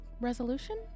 resolution